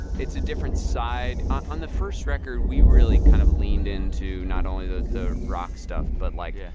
it's a different side. on the first record, we really kind of leaned into not only the the rock stuff but, like, yeah